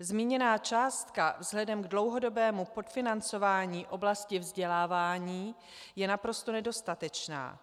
Zmíněná částka vzhledem k dlouhodobému podfinancování oblasti vzdělávání je naprosto nedostatečná.